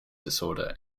disorder